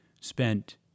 spent